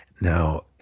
Now